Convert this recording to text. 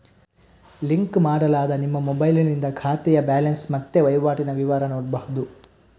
link ಮಾಡಲಾದ ನಿಮ್ಮ ಮೊಬೈಲಿನಿಂದ ಖಾತೆಯ ಬ್ಯಾಲೆನ್ಸ್ ಮತ್ತೆ ವೈವಾಟಿನ ವಿವರ ನೋಡ್ಬಹುದು